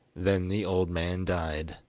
then the old man died.